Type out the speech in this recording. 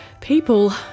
people